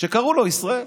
שקראו לו ישראל.